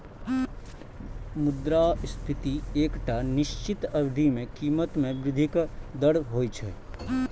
मुद्रास्फीति एकटा निश्चित अवधि मे कीमत मे वृद्धिक दर होइ छै